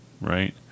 right